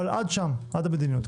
אבל עד שם, עד המדיניות.